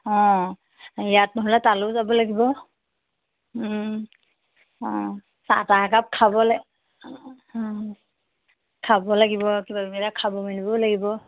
অঁ ইয়াত নহ'লে তালেও যাব লাগিব অ চাহ তাহ একাপ খাবলে খাব লাগিব আৰু কিবা কিবি এটা খাব মেলিবও লাগিব